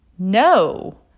No